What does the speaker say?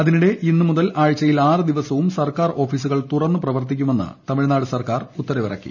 അതിനിടെ ഇന്ന് മുതൽ ആഴ്ചയിൽ ആറ് ദിവസവും സർക്കാർ ഓഫീസുകൾ തുറന്ന് പ്രവർത്തിക്കുമെന്ന് സർക്കാർ ഉത്തരവിറക്കി